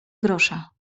grosza